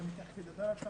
ואני תכף אדבר על כך,